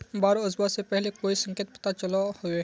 बाढ़ ओसबा से पहले कोई संकेत पता चलो होबे?